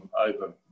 over